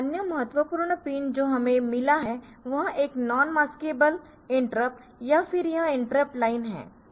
अन्य महत्वपूर्ण पिन जो हमें मिला है वह एक नॉन मास्केबल इंटरप्ट और फिर यह इंटरप्ट लाइन interrupt line है